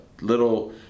little